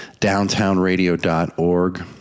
downtownradio.org